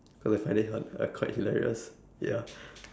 cause I find it uh quite hilarious ya